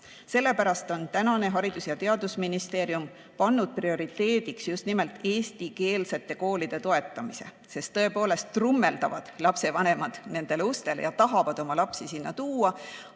Sellepärast on tänane Haridus‑ ja Teadusministeerium pannud prioriteediks just nimelt eestikeelsete koolide toetamise, sest lapsevanemad trummeldavad nende ustele ja tahavad oma lapsi sinna tuua,